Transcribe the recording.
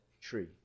tree